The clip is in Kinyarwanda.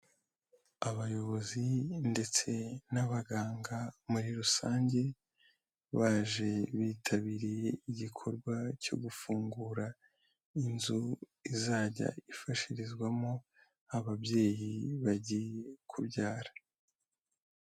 Abayobozi ndetse n'abaganga muri rusange, baje bitabiriye igikorwa cyo gufungura inzu izajya ifashirizwamo ababyeyi bagiye kubyara.